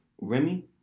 Remy